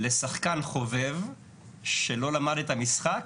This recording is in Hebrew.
שלשחקן חובב שלא למד את המשחק,